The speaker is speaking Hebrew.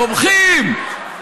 תומכים,